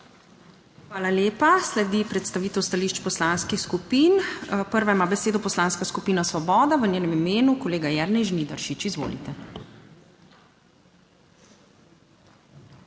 Hvala lepa. Sledi predstavitev stališč poslanskih skupin. Prva ima besedo Poslanska skupina Svoboda, v njenem imenu kolega Jernej Žnidaršič. Izvolite.